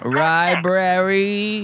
library